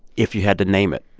if you had to name it?